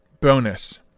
bonus